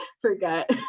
forget